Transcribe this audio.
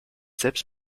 selbst